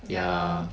ya